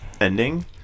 ending